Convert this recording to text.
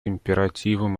императивом